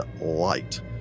light